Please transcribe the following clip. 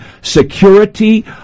security